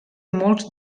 molts